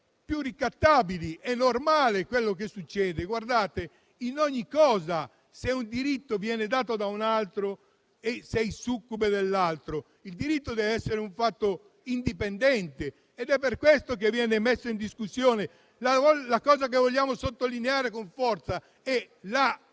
più ricattabili. È normale, è quello che succede. In ogni situazione, se un diritto viene dato da un altro, sei succube dell'altro. Il diritto deve essere un fatto indipendente ed è per questo che viene messo in discussione questo punto. Vogliamo sottolineare con forza